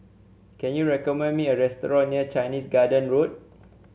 can you recommend me a restaurant near Chinese Garden Road